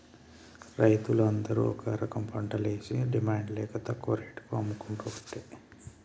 రైతులు అందరు ఒక రకంపంటలేషి డిమాండ్ లేక తక్కువ రేటుకు అమ్ముకోబట్టే